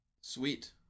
sweet